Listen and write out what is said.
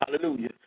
Hallelujah